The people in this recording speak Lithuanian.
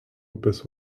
upės